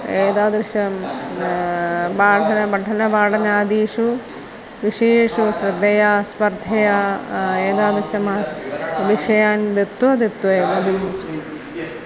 एतादृशं पठनं पठनपाठनादिषु विषयेषु श्रद्धया स्पर्धया एतादृश विषयान् दत्वा दत्त्वा एव